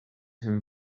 him